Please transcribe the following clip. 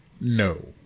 no